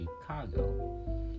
Chicago